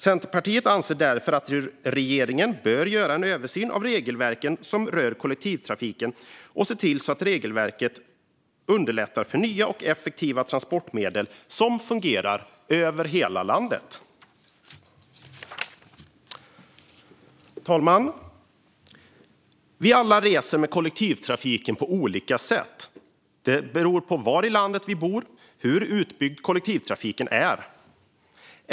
Centerpartiet anser därför att regeringen bör göra en översyn av regelverken som rör kollektivtrafiken och se till så att regelverket underlättar för nya och effektiva transportmedel som fungerar över hela landet. Fru talman! Vi reser alla med kollektivtrafiken på olika sätt. Det beror på var i landet vi bor och hur utbyggd kollektivtrafiken är.